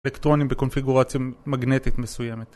אלקטרונים בקונפיגורציה מגנטית מסוימת